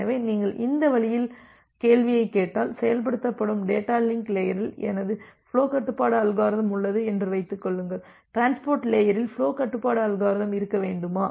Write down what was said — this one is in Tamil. எனவே நீங்கள் இந்த வழியில் கேள்வியைக் கேட்டால் செயல்படுத்தப்படும் டேட்டா லிங்க் லேயரில் எனது ஃபுலோ கட்டுப்பாட்டு அல்காரிதம் உள்ளது என்று வைத்துக் கொள்ளுங்கள் டிரான்ஸ்போர்ட் லேயரில் ஃபுலோ கட்டுப்பாட்டு அல்காரிதம் இருக்க வேண்டுமா